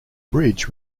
bridge